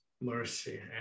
mercy